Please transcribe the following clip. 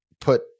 put